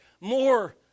more